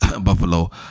Buffalo